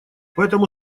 поэтому